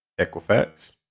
Equifax